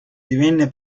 divenne